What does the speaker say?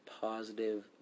positive